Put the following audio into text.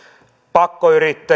pakkoyrittäjiä